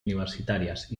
universitàries